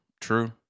True